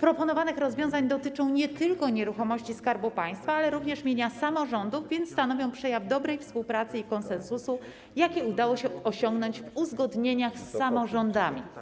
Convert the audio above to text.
proponowanych rozwiązań dotyczą nie tylko nieruchomości Skarbu Państwa, ale również mienia samorządów, więc stanowią przejaw dobrej współpracy i konsensusu, jaki udało się osiągnąć w uzgodnieniach z samorządami.